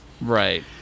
Right